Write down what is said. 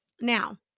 Now